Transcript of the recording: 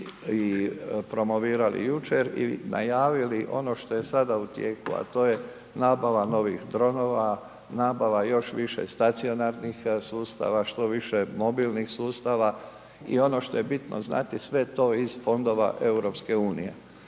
i promovirali jučer i najavili. Ono što je sada u tijeku, to je nabava novih dronova, nabava još više stacionarnih sustava, što više mobilnih sustava i ono što je bitno znati sve to iz fondova EU.